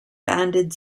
banded